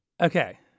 okay